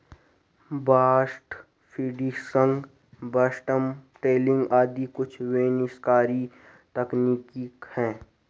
blast fishing, bottom trawling आदि कुछ विनाशकारी तकनीक है